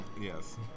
yes